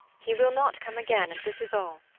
he will not come again and this is all.